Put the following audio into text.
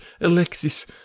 Alexis